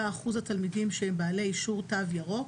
אחוז התלמידים שהם בעלי אישור "תו ירוק"